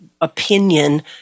opinion